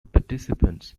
participants